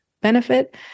benefit